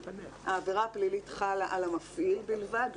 העבירה הפלילית חלה על המפעיל בלבד,